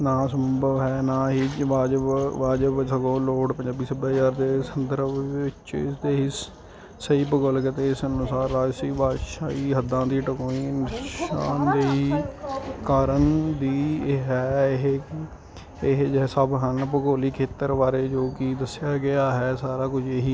ਨਾ ਸੰਭਵ ਹੈ ਨਾ ਹੀ ਵਾਜਬ ਵਾਜਬ ਸਗੋਂ ਲੋੜ ਪੰਜਾਬੀ ਸੱਭਿਆਚਾਰ ਦੇ ਸੁੰਦਰ ਵਿੱਚ ਇਸਦੀ ਕਾਰਨ ਸਹੀ ਭੂਗੋਲਿਕ ਕਾਰਨ ਵੀ ਇਹ ਹੈ ਇਹ ਇਹ ਜੇ ਸਭ ਹਨ ਭੂਗੋਲਿਕ ਖੇਤਰ ਬਾਰੇ ਜੋ ਕਿ ਦੱਸਿਆ ਗਿਆ ਹੈ ਸਾਰਾ ਕੁਝ ਇਹੀ